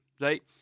Right